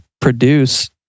produce